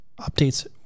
updates